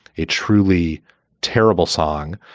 a truly terrible song,